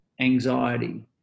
anxiety